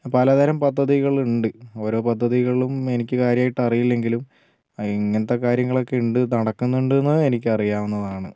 പലതരം പദ്ധതികളുണ്ട് ഓരോ പദ്ധതികളും എനിക്ക് കാര്യമായിട്ട് അറിയില്ലെങ്കിലും ഇങ്ങനത്തെ കാര്യങ്ങളൊക്കെയുണ്ട് നടക്കുന്നുണ്ടെന്ന് എനിക്ക് അറിയാവുന്നതാണ്